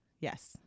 yes